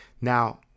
Now